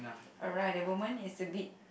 alright the woman is a bit